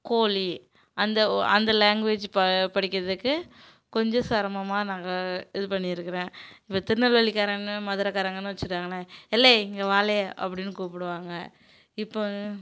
கோலி அந்த ஓ அந்த லேங்குவேஜ் பா படிக்கிறதுக்கு கொஞ்சம் சிரமமாக நாங்கள் இது பண்ணி இருக்கிறேன் இப்போ திருநெல்வேலிக்காரன்னு மதுரைக்காரங்கன்னு வச்சிட்டாங்கன்னு ஏலே இங்கே வாலே அப்படின்னு கூப்பிடுவாங்க இப்போ